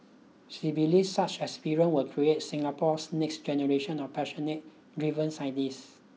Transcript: she believes such experiences will create Singapore's next generation of passionate driven scientists